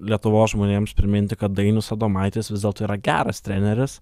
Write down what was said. lietuvos žmonėms priminti kad dainius adomaitis vis dėlto yra geras treneris